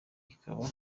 ikaba